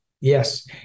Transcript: Yes